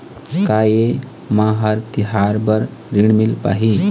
का ये म हर तिहार बर ऋण मिल पाही?